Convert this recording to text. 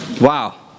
Wow